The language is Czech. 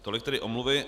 Tolik tedy omluvy.